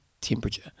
temperature